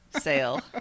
sale